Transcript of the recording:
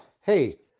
Hey